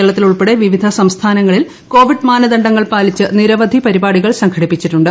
കേരളത്തിൽ ഉൾപ്പെടെ വിവിധ സംസ്ഥാനങ്ങളിൽ കോവിഡ് മാനദണ്ഡങ്ങൾ പാലിച്ച് നിരവധി പരിപാടികൾ സംഘടിപ്പിച്ചിട്ടുണ്ട്